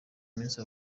iminsi